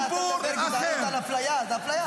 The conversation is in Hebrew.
אתה מדבר על גזענות ועל אפליה, זו אפליה.